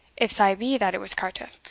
if sae be that it was carta,